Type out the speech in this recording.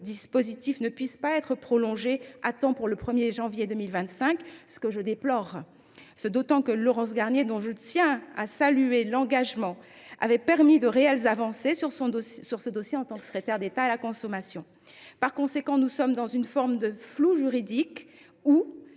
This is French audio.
dispositif ne puisse être prolongé à temps pour le 1 janvier 2025. Je le déplore, d’autant que Laurence Garnier, dont je tiens à saluer l’engagement, avait permis de réelles avancées sur ce dossier en tant que secrétaire d’État à la consommation. Par conséquent, nous sommes dans une forme de flou juridique :